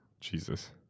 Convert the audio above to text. jesus